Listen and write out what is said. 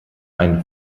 ein